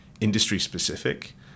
industry-specific